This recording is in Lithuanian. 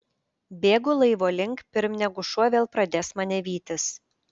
bėgu laivo link pirm negu šuo vėl pradės mane vytis